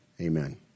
Amen